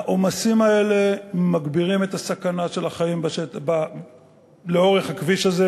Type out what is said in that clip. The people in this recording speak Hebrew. העומסים האלה מגבירים את הסכנה של החיים לאורך הכביש הזה,